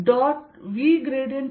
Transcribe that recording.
2V0